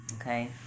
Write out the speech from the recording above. Okay